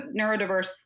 neurodiverse